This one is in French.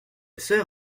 soeur